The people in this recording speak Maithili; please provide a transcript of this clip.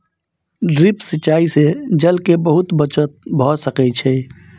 ड्रिप सिचाई से जल के बहुत बचत भ सकै छै